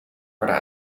worden